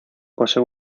posee